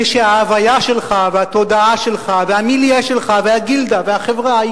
כשההוויה שלך והתודעה שלך והמיליה שלך והגילדה והחברה היא,